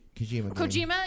Kojima